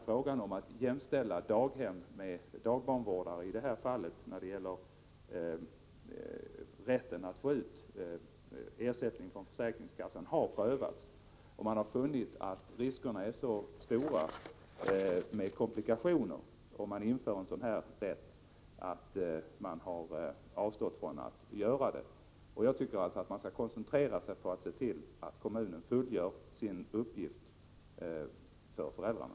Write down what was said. Frågan om att jämställa daghem med dagbarnvårdare när det gäller rätten att få ersättning från försäkringskassan har prövats, och man har funnit att riskerna för komplikationer är så stora om man inför en sådan här rätt att man avstått från att göra det. Jag tycker alltså att man skall koncentrera sig på att se till att kommunen fullgör sin uppgift gentemot föräldrarna.